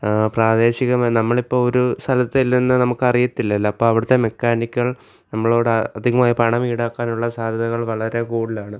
പ്രേദേശികം നമ്മൾ ഇപ്പോൾ ഒരു സ്ഥലത്ത് ചെല്ലുന്ന നമുക്ക് അറിയത്തില്ലല്ലോ അപ്പോൾ അവിടത്ത മെക്കാനിക്കുക ൾ നമ്മളോട് അധികമായ പണം ഈടാക്കാനുള്ള സാധ്യതകൾ വളരെ കൂടുതലാണ്